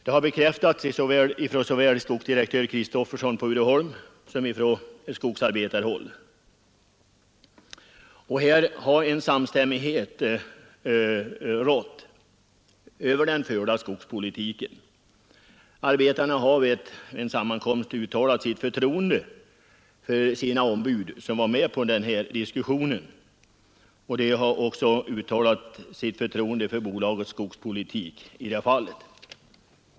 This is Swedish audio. Det har bekräftats såväl av skogsdirektör Christoffersson på Uddeholm som från skogsarbetarhåll, och samstämmighet har då rått om den förda skogspolitiken. så den upplysningen att Uddeholmsbolaget har Arbetarna har vid en sammankomst uttalat sitt förtroende för sina ombud som varit med på överläggningarna, och de har också uttalat sitt förtroende för bolagets skogspolitik i det här fallet.